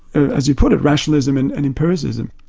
as you put it, rationalism and and empiricism.